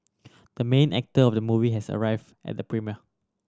the main actor of the movie has arrive at the premiere